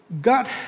God